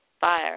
fire